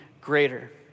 greater